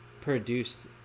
produced